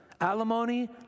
Alimony